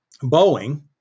Boeing